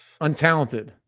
Untalented